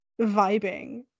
vibing